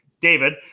David